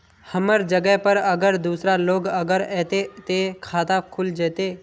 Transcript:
हमर जगह पर अगर दूसरा लोग अगर ऐते ते खाता खुल जते?